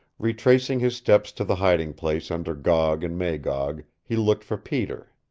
retracing his steps to the hiding place under gog and magog he looked for peter.